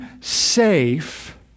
safe